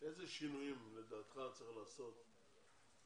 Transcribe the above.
איזה שינויים לדעתך צריך לעשות